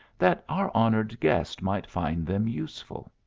that our honored guest might find them useful.